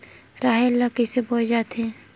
राहेर ल कइसे बोय जाथे?